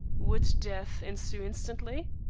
would death ensue instantly?